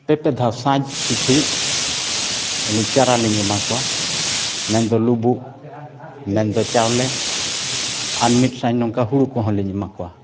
ᱯᱮ ᱯᱮ ᱫᱷᱟᱣ ᱥᱟᱡᱽ ᱯᱤᱪᱷᱤ ᱟᱹᱞᱤᱧ ᱪᱟᱨᱟ ᱞᱤᱧ ᱮᱢᱟ ᱠᱚᱣᱟ ᱢᱮᱱᱫᱚ ᱞᱩᱵᱩᱜ ᱢᱮᱱᱫᱚ ᱪᱟᱣᱞᱮ ᱟᱨ ᱢᱤᱫ ᱥᱟᱭ ᱱᱚᱝᱠᱟ ᱦᱩᱲᱩ ᱠᱚᱦᱚᱸᱞᱤᱧ ᱮᱢᱟ ᱠᱚᱣᱟ